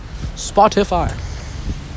Spotify